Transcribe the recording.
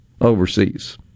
overseas